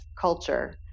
culture